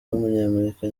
w’umunyamerika